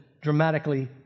dramatically